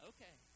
Okay